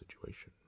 situation